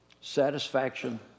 satisfaction